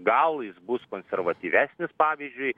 gal jis bus konservatyvesnis pavyzdžiui